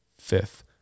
fifth